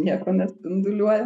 nieko nespinduliuoja